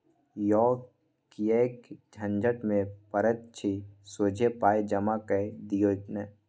यौ किएक झंझट मे पड़ैत छी सोझे पाय जमा कए दियौ न